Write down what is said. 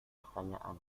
pertanyaan